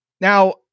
Now